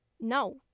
no